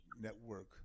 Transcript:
network